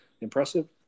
Impressive